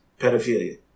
pedophilia